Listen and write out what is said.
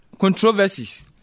controversies